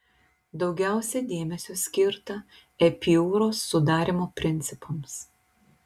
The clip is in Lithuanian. daugiausia dėmesio skirta epiūros sudarymo principams